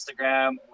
Instagram